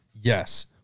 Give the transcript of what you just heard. Yes